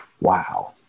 wow